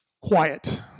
quiet